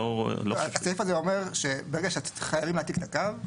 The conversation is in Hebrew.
הסעיף הזה אומר שברגע שחייבים להעתיק את הקו,